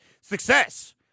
Success